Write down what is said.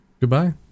Goodbye